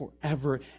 forever